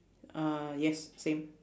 uh yes same